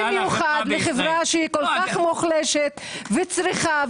במיוחד לחברה שהיא כל כך מוחלשת וזקוקה.